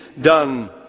done